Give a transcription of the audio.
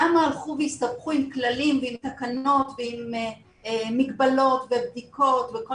למה הלכו והסתבכו עם כללים ועם תקנות ועם מגבלות ובדיקות וכל